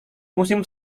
musim